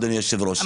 אדוני היושב-ראש,